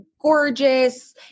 gorgeous